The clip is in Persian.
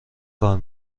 کار